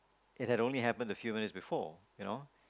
it had only happened a few minutes before you know